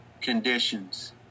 conditions